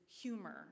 humor